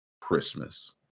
Christmas